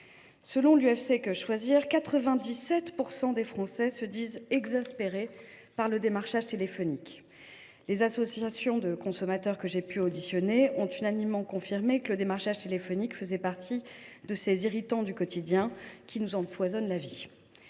Selon UFC Que Choisir, 97 % des Français sont exaspérés par le démarchage téléphonique. Les associations de consommateurs que j’ai auditionnées ont unanimement confirmé que ledit démarchage faisait partie de ces irritants du quotidien qui nous empoisonnent la vie.